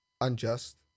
unjust